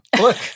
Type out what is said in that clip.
Look